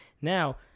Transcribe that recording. Now